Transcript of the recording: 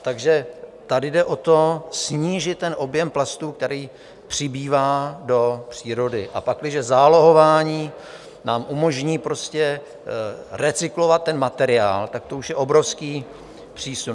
Takže tady jde o to, snížit objem plastů, který přibývá do přírody, a pakliže zálohování nám umožní prostě recyklovat ten materiál, tak to už je obrovský přísun.